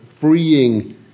freeing